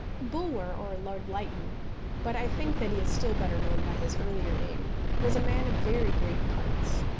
bulwer, or lord lytton but i think that he is still better known by his earlier name was a man of very great parts.